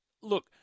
look